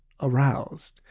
aroused